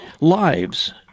lives